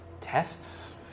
tests